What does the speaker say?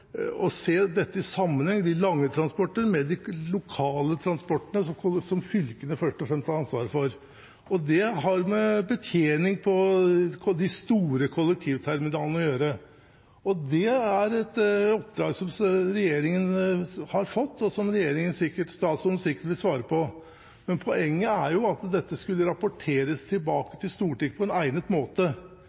å se dette i sammenheng – de lange transporter med de lokale transportene som fylkene først og fremst har ansvaret for. Det har med betjening på de store kollektivterminalene å gjøre. Det er et oppdrag som regjeringen har fått, og som statsråden sikkert vil svare på. Men poenget er at dette skulle rapporteres tilbake til Stortinget på en egnet måte.